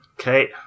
Okay